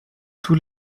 tous